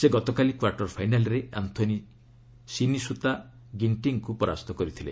ସେ ଗତକାଲି କ୍ୱାଟର୍ ଫାଇନାଲ୍ରେ ଆନ୍ନୋନୀ ସିନିସ୍ରତା ଗିଣ୍ଟିଙ୍କ୍ ପରାସ୍ତ କରିଥିଲେ